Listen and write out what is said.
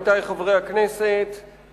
עמיתי חברי הכנסת,